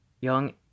young